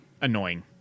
annoying